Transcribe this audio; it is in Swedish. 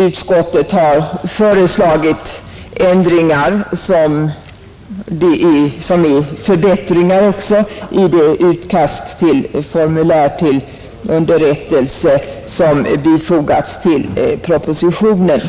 Utskottet har föreslagit förbättringar i det utkast till formulär till underrättelse som bifogats propositionen,